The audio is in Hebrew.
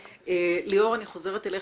ליאור, אני חוזרת אליך.